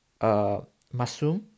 Masum